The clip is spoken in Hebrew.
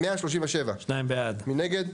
הצבעה בעד, 2 נגד,